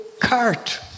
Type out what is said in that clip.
cart